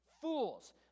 fools